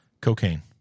Cocaine